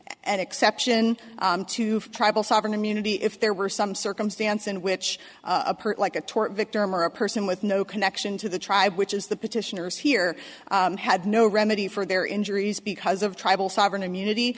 an exception to tribal sovereign immunity if there were some circumstance in which a person like a tort victim or a person with no connection to the tribe which is the petitioners here had no remedy for their injuries because of tribal sovereign immunity